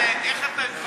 איך את,